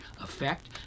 effect